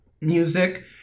music